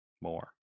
More